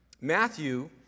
Matthew